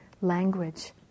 language